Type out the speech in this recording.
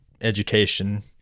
education